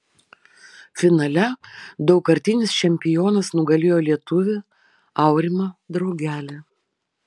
finale daugkartinis čempionas nugalėjo lietuvį aurimą draugelį